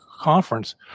conference